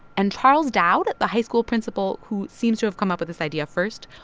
and charles dowd, the high school principal who seems to have come up with this idea first,